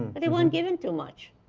they weren't given too much.